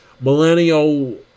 millennial